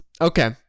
Okay